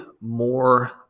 more